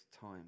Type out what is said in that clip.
time